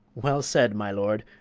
well said, my lord.